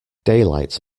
daylight